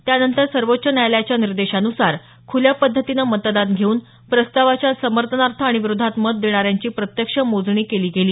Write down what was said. त्यानंतर सर्वोच्च न्यायालयाच्या निर्देशानुसार खुल्या पद्धतीनं मतदान घेऊन प्रस्तावाच्या समर्थनार्थ आणि विरोधात मत देणाऱ्यांची प्रत्यक्ष मोजणी केली केली